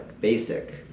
basic